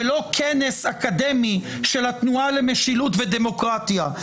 ולא כנס אקדמי של התנועה למשילות ודמוקרטיה.